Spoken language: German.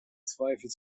zweifel